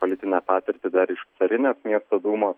politinę patirtį dar iš carinės miesto dūmos